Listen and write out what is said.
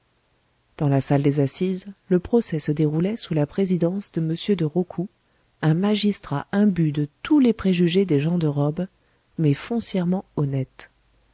dans la salle des assises le procès se déroulait sous la présidence de m de rocoux un magistrat imbu de tous les préjugés des gens de robe mais foncièrement honnête